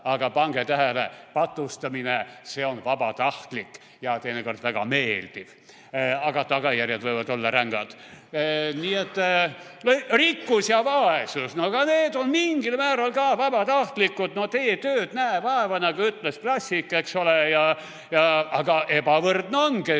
Pange tähele, patustamine on vabatahtlik ja teinekord väga meeldiv, aga tagajärjed võivad olla rängad. Rikkus ja vaesus. No ka see on mingil määral ka vabatahtlik. No tee tööd, näe vaeva, nagu ütles klassik, eks ole. Aga ebavõrdne